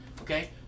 Okay